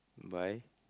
buy